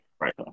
Right